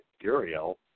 Uriel